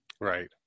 Right